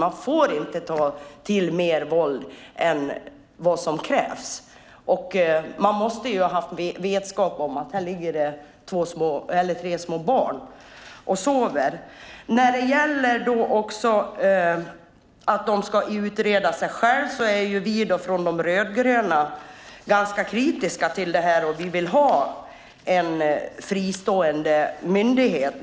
Man får inte ta till mer våld än vad som krävs, och man måste ju ha haft vetskap om att det låg tre små barn och sov. När det gäller att de ska utreda sig själva är vi från De rödgröna ganska kritiska. Vi vill ha en fristående myndighet.